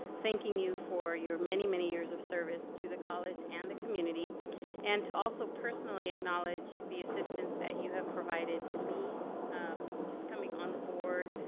thanking you for your many many years of service to the college and the community and to also personally acknowledge the assistance that you have provided to me just coming on the board,